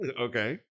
Okay